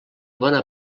bona